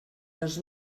dos